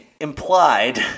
implied